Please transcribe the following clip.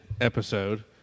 episode